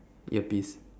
earpiece